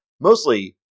Mostly